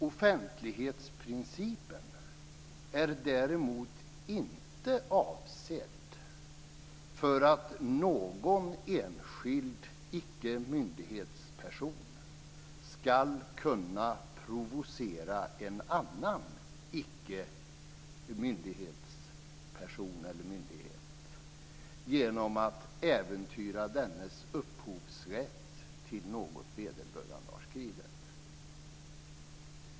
Offentlighetsprincipen är däremot inte avsedd för att någon enskild icke-myndighetsperson ska kunna provocera en annan icke-myndighetsperson eller myndighet genom att äventyra dennes upphovsrätt till något vederbörande har skrivit.